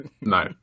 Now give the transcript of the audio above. no